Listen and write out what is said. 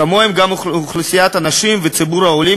כמוהם גם אוכלוסיית הנשים וציבור העולים